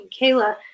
Kayla